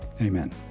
Amen